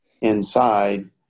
inside